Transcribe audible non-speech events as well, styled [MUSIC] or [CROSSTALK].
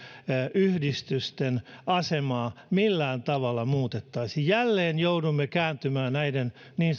yhdistysten asemaa millään tavalla muutettaisiin jälleen joudumme kääntymään näiden niin [UNINTELLIGIBLE]